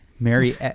Mary